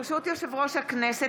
ברשות יושב-ראש הכנסת,